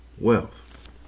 wealth